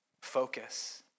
focus